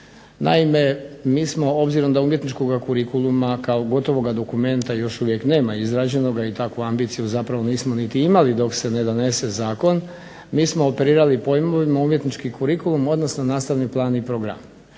Naime mi smo, obzirom da umjetničkog kurikuluma kao gotovoga dokumenta još uvijek nema izrađenog i takvu ambiciju zapravo nismo niti imali dok se ne donese zakon. Mi smo operirali pojmovima umjetnički kurikulum, odnosno nastavni plan i program.